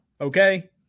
Okay